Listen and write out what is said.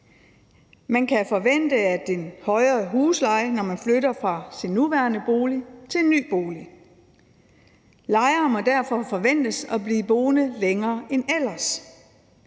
Man kan forvente en højere husleje, når man flytter fra sin nuværende bolig til en ny bolig. Lejere må derfor forventes at blive boende længere end ellers.